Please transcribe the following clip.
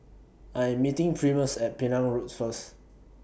I Am meeting Primus At Penang Road First